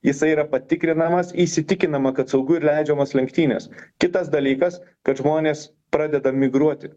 jisai yra patikrinamas įsitikinama kad saugu ir leidžiamos lenktynės kitas dalykas kad žmonės pradeda migruoti